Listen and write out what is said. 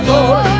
Lord